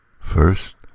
first